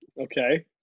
Okay